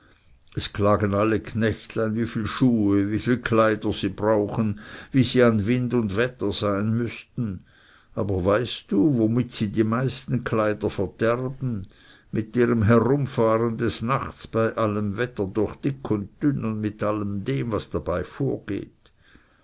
es klagen alle knechtlein wie viel schuhe wie viel kleider sie brauchen wie sie in wald und wetter sein mußten aber weißt du womit sie die meisten kleider verderben mit ihrem herumfahren des nachts bei allem wetter durch dick und dünn und mit allem dem was dabei vorgeht